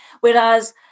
whereas